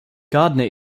gardner